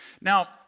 Now